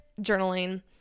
journaling